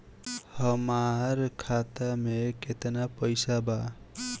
हमार खाता में केतना पैसा बा?